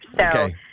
Okay